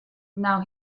now